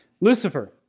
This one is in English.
Lucifer